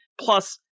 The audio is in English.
plus